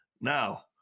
Now